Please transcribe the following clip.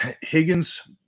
Higgins